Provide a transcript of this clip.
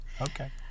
Okay